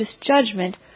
judgment